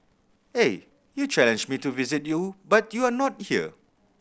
eh you challenged me to visit you but you are not here